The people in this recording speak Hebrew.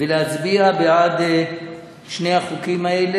צריך להעביר את החוק כמות שהוא,